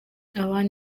abantu